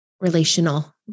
relational